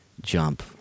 jump